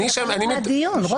אני חלק מהדיון.